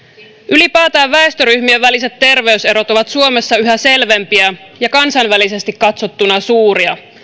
ylipäätään väestöryhmien väliset terveyserot ovat suomessa yhä selvempiä ja kansainvälisesti katsottuna suuria